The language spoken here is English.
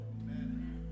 Amen